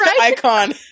icon